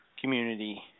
community